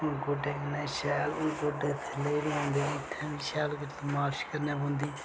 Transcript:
गोड्डें कन्नै शैल गोड्डें थल्लै नी औंदे इत्थै शैल करी मालिश करनी पौंदी